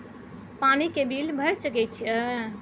पानी के बिल भर सके छियै?